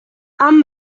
han